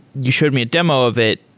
you showed me a demo of it,